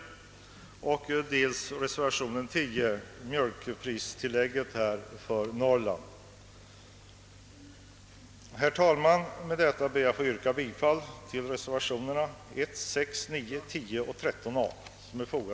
Jag tänker också på reservationen nr 10 beträffande det extra mjölkpristilllägget i Norrland. Med det anförda ber jag att få yrka bifall till reservationerna nr 1, 6, 9, 10 och 13 a.